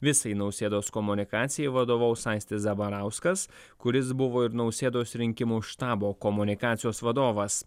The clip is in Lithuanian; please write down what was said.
visai nausėdos komunikacijai vadovaus aistis zabarauskas kuris buvo ir nausėdos rinkimų štabo komunikacijos vadovas